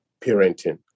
parenting